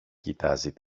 κοιτάζει